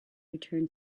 return